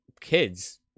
kids